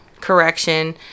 correction